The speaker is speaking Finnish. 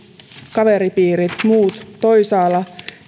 kaveripiirit muut toisaalla